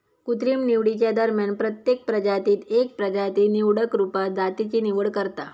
कृत्रिम निवडीच्या दरम्यान प्रत्येक प्रजातीत एक प्रजाती निवडक रुपात जातीची निवड करता